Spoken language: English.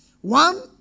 One